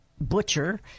butcher